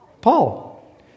Paul